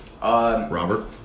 Robert